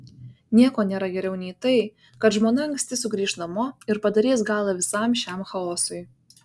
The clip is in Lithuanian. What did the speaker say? nieko nėra geriau nei tai kad žmona anksti sugrįš namo ir padarys galą visam šiam chaosui